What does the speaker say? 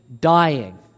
dying